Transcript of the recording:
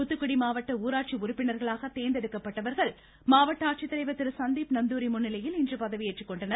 தூத்துக்குடி மாவட்ட ஊராட்சி உறுப்பினர்களாக தேர்ந்தெடுக்கப்பட்டவர்கள் மாவட்ட ஆட்சித்தலைவர் முன்னிலையில் இன்று பதவியேற்றுக்கொண்டனர்